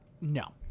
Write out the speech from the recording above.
no